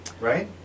right